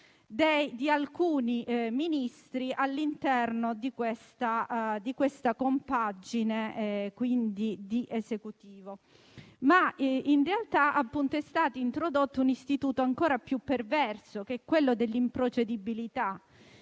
di alcuni Ministri all'interno delle compagine dell'Esecutivo. Ma in realtà è stato introdotto un istituto ancora più perverso, quello dell'improcedibilità,